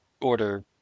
order